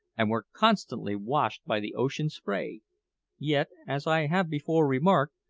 and were constantly washed by the ocean spray yet, as i have before remarked,